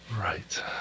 Right